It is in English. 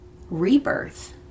rebirth